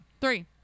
Three